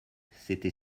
s’était